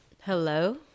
Hello